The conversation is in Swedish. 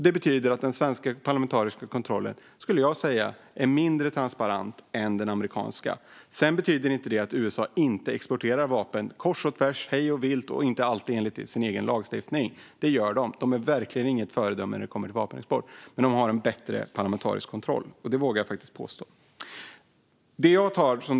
Det betyder att den svenska parlamentariska kontrollen är mindre transparent än den amerikanska. Detta betyder dock inte att USA inte exporterar vapen kors och tvärs och hejvilt och inte alltid enligt sin egen lagstiftning. Det gör de. De är verkligen inget föredöme när det gäller vapenexport. Men jag vågar påstå att de har en bättre parlamentarisk kontroll.